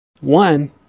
one